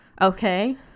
okay